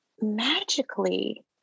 magically